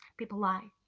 people lie.